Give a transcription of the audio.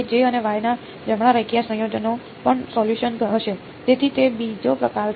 તે J અને Y ના જમણા રેખીય સંયોજનો પણ સોલ્યુસન હશે તેથી તે બીજો પ્રકાર છે